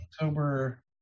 October